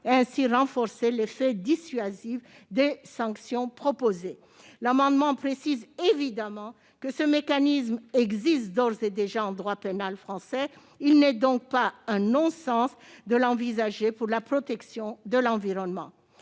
et, ainsi, de renforcer l'effet dissuasif des sanctions proposées. Ce mécanisme existe d'ores et déjà en droit pénal français. Ce n'est donc pas un non-sens de l'envisager pour la protection de l'environnement.